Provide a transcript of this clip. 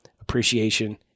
appreciation